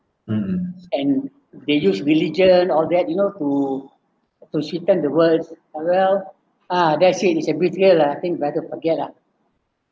and they use religion all that you know to to the words ah well ah that's it it's a greedier lah I think better forget lah